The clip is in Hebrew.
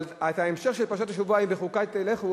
אבל את ההמשך של פרשת השבוע "אם בחֻקֹתי תלכו",